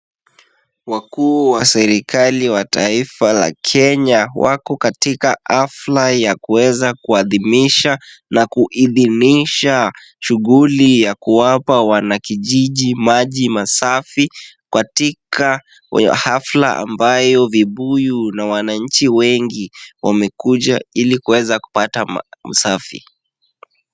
Wakuu wa serikali wa taifa la Kenya wako katika hafla ya kuweza kuadimisha na kuidhinisha shughuli ya kuwapa wanakijiji maji safi, katika hafla ambayo wananchi wengi wamekuja ili kuweza kupata maji safi.